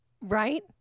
right